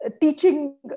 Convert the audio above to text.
teaching